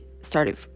started